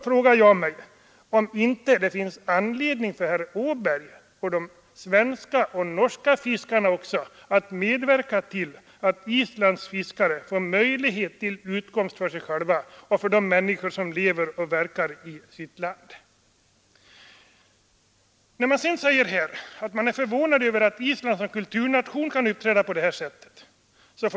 Finns det då inte anledning för herr Åberg och även för de svenska och norska fiskarna att medverka till att Islands fiskare får möjlighet att skaffa utkomst för sig själva, och för de människor som lever och verkar på Island? Herr Åberg säger att han är förvånad över att Island som kulturnation kan uppträda på det här sättet.